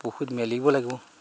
বহুত মেলিব লাগিব